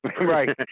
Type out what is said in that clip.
Right